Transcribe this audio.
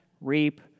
reap